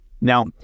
Now